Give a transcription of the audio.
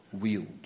wields